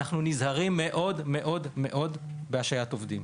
אנחנו נזהרים מאוד מאוד מאוד בהשעיית העובדים.